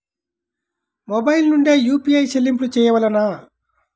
Mobile నుండే UPI చెల్లింపులు చేయవలెనా?